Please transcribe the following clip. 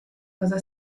cosa